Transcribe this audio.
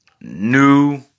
New